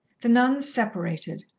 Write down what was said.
the nuns separated,